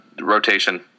Rotation